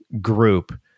group